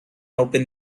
open